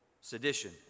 sedition